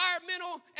environmental